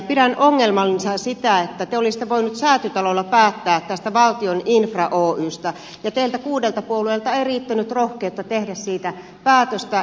pidän ongelmallisena sitä että te olisitte voineet säätytalolla päättää tästä valtion infra oystä ja teiltä kuudelta puolueelta ei riittänyt rohkeutta tehdä siitä päätöstä